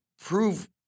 prove